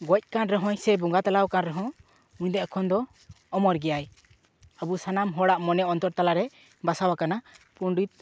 ᱜᱚᱡ ᱟᱠᱟᱱ ᱨᱮᱦᱚᱸ ᱥᱮ ᱵᱚᱸᱜᱟ ᱛᱟᱞᱟ ᱟᱠᱟᱱ ᱨᱮᱦᱚᱸ ᱩᱱᱤ ᱫᱚ ᱮᱠᱷᱚᱱ ᱫᱚᱭ ᱚᱢᱚᱨ ᱜᱮᱭᱟᱭ ᱟᱵᱚ ᱥᱟᱱᱟᱢ ᱦᱚᱲᱟᱜ ᱢᱚᱱᱮ ᱚᱱᱛᱚᱨ ᱛᱟᱞᱟᱮ ᱵᱟᱥᱟ ᱟᱠᱟᱱᱟ ᱯᱚᱱᱰᱤᱛ